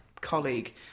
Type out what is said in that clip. colleague